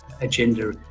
agenda